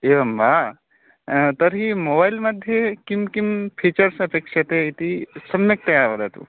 एवं वा तर्हि मोबैल् मध्ये किं किं फ़ीचर्स् अपेक्षते इति सम्यक्तया वदतु